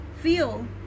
feel